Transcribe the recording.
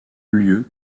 lieu